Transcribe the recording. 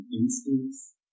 instincts